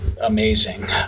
amazing